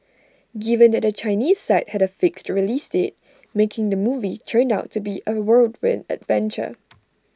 given that the Chinese side had A fixed release date making the movie turned out to be A whirlwind adventure